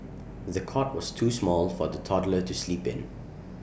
the cot was too small for the toddler to sleep in